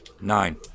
Nine